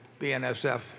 BNSF